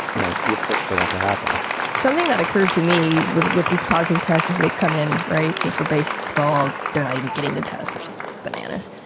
you know, you're pushing for that to happen something that occurred to me with with these positive tests as they come in right now for baseball. they're not even getting the test, which is bananas.